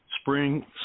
spring